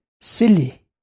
silly